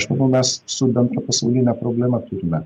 aš manau mes su bendra pasauline problema turime